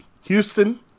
Houston